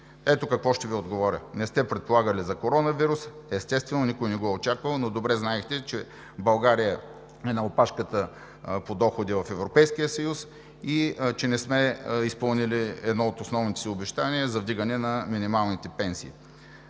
Ето какво ще Ви отговоря: не сте предполагали за коронавируса – естествено, никой не го е очаквал, но добре знаехте, че България е на опашката по доходи в Европейския съюз и че не сме изпълнили едно от основните си обещания за вдигане на минималните пенсии,